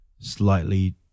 slightly